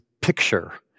picture